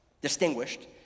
distinguished